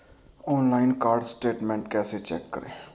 Online card statement कैसे check करें?